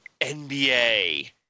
NBA